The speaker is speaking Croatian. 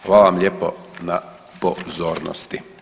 Hvala vam lijepo na pozornosti.